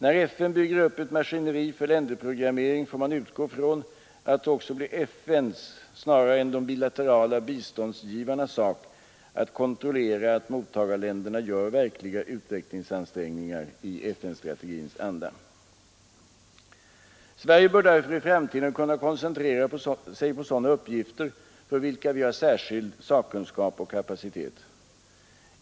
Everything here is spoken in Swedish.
När FN bygger upp ett maskineri för länderprogrammering får man utgå från att det också blir FN:s snarare än de bilaterala biståndsgivarnas sak att kontrollera att mottagarländerna gör verkliga utvecklingsansträngningar i FN-strategins anda. Sverige bör därför i framtiden kunna koncentrera sig på sådana uppgifter för vilka vi har särskild sakkunskap och kapacitet.